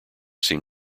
seem